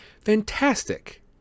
Fantastic